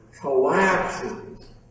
collapses